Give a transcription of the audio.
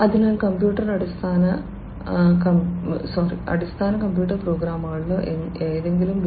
അതിനാൽ കമ്പ്യൂട്ടർ അടിസ്ഥാന കമ്പ്യൂട്ടർ പ്രോഗ്രാമിംഗിലോ ഏതെങ്കിലും ബി